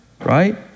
Right